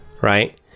right